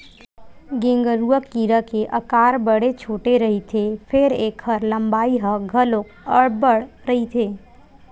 गेंगरूआ कीरा के अकार बड़े छोटे रहिथे फेर ऐखर लंबाई ह घलोक अब्बड़ रहिथे